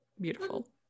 Beautiful